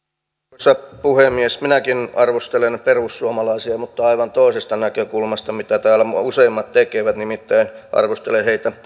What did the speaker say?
arvoisa puhemies minäkin arvostelen perussuomalaisia mutta aivan toisesta näkökulmasta kuin täällä useimmat nimittäin arvostelen heitä